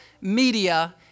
media